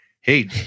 Hey